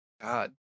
God